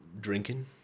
drinking